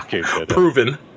Proven